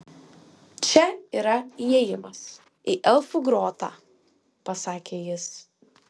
čia yra įėjimas į elfų grotą pasakė jis